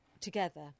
together